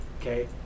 okay